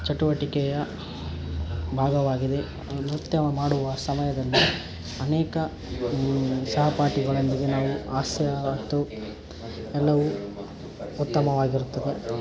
ಚಟುವಟಿಕೆಯ ಭಾಗವಾಗಿದೆ ನೃತ್ಯ ಮಾಡುವ ಸಮಯದಲ್ಲಿ ಅನೇಕ ಸಹಪಾಠಿಗಳೊಂದಿಗೆ ನಾವು ಹಾಸ್ಯ ಮತ್ತು ಎಲ್ಲವೂ ಉತ್ತಮವಾಗಿರುತ್ತದೆ